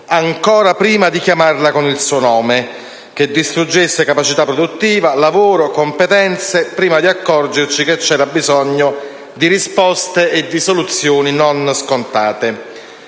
ancora di chiamarla con il suo nome; che distruggesse capacità produttiva, lavoro, competenze, prima di accorgerci che c'era bisogno di risposte e soluzioni non scontate.